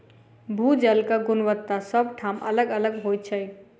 भू जलक गुणवत्ता सभ ठाम अलग अलग होइत छै